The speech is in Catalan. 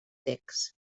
text